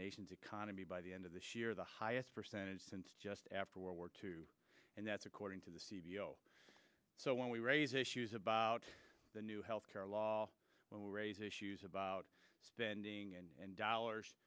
nation's economy by the end of this year the highest percentage since just after world war two and that's according to the cvo so when we raise issues about the new health care law when we raise issues about standing and dollars